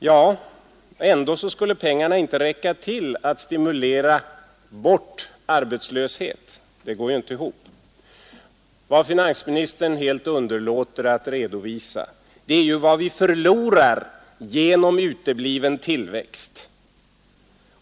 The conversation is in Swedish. Ja, ändå skulle inte pengarna räcka till att stimulera bort arbetslöshet — det hela går alltså inte ihop. Finansministern underlåter helt att redovisa vad vi förlorar genom utebliven tillväxt.